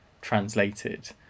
translated